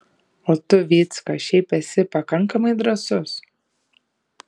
o tu vycka šiaip esi pakankamai drąsus